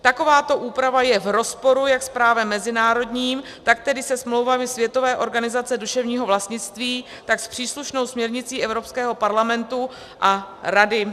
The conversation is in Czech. Takováto úprava je v rozporu jak s právem mezinárodním, tak tedy se smlouvami Světové organizace duševního vlastnictví, tak s příslušnou směrnicí Evropského parlamentu a Rady.